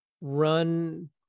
run